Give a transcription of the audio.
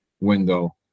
window